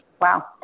Wow